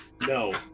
No